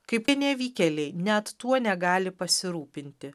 kaip jie nevykeliai net tuo negali pasirūpinti